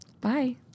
Bye